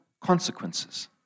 consequences